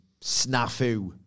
snafu